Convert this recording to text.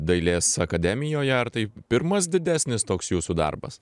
dailės akademijoje ar tai pirmas didesnis toks jūsų darbas